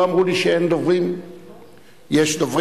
בקידומו של החוק היו מעורבים משרדי ממשלה רבים,